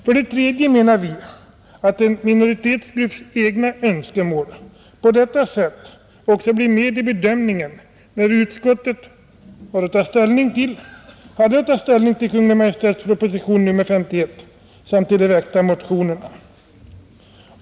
För det tredje menar vi att en minoritetsgrupps egna önskemål på detta sätt borde bli med i bedömningen när utskottet hade att ta ställning till Kungl. Maj:ts proposition nr 51 samt till de väckta motionerna.